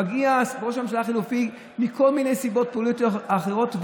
מגיע ראש ממשלה חליפי מכל מיני סיבות פוליטיות אחרות,